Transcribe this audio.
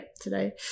today